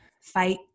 fight